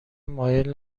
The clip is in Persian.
مایل